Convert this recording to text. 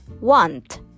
want